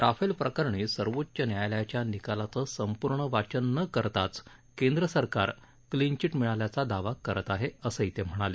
Rafale प्रकरणी सर्वोच्च न्यायालयाच्या निकालाचं संपूर्ण वाचन न करताच केंद्र सरकार क्लीनचिट मिळाल्याचा दावा करत आहे असंही ते म्हणाले